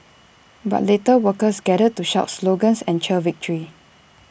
but later workers gathered to shout slogans and cheer victory